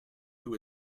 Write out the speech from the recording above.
who